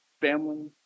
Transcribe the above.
family